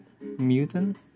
mutant